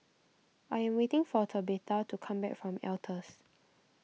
I am waiting for Tabetha to come back from Altez